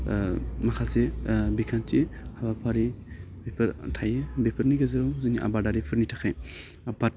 माखासे बिखान्थि हाबाफारि बेफोर थायो बेफोरनि गेजेरजों जोंनि आबादारिफोरनि थाखाय आबाद